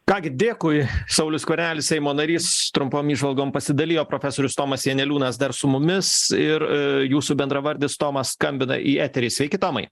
ką gi dėkui saulius skvernelis seimo narys trumpom įžvalgom pasidalijo profesorius tomas janeliūnas dar su mumis ir jūsų bendravardis tomas skambina į eterį sveiki tomai